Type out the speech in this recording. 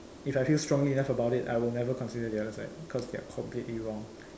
if I feel strongly enough about it I will never consider the other side because they're completely wrong